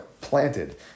planted